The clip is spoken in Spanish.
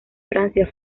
francia